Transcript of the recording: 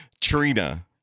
Trina